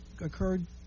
occurred